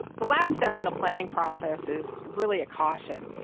the last step in the planning process is really a caution,